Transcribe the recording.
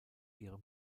ihrem